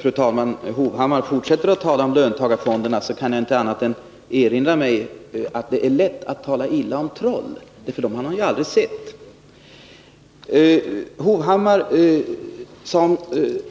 Fru talman! När Erik Hovhammar fortsätter att tala om löntagarfonderna kan jag inte annat än erinra mig att det är lätt att tala illa om trollen, för dem har man aldrig sett.” Erik Hovhammar sade